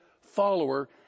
follower